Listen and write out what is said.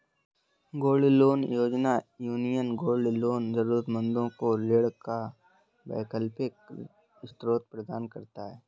gold loan योजना, union gold loan जरूरतमंदों को ऋण का वैकल्पिक स्रोत प्रदान करता है